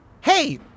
hey